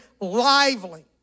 lively